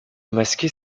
masquer